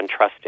untrusting